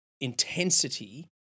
Intensity